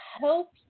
help